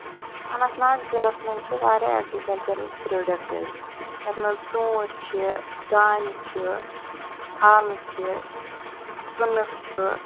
اَننت ناگ ضعلٮس منٛز چھِ واریاہ ایگریکَلچُرَل پرٛوڈَکٹٔس یَتھ منٛز ژوٗنٛٹھۍ چھِ دانہِ چھُ تھل چھِ کٔنُک چھُ